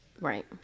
Right